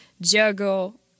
juggle